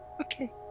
Okay